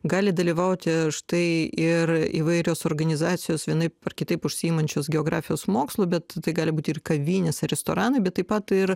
gali dalyvauti štai ir įvairios organizacijos vienaip ar kitaip užsiimančios geografijos su mokslu bet tai gali būti ir kavinės ir restoranai bet taip pat ir